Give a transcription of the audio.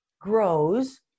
grows